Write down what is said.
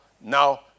now